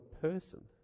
person